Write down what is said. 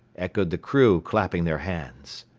echoed the crew, clapping their hands.